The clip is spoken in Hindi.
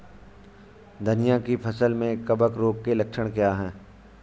धनिया की फसल में कवक रोग के लक्षण क्या है?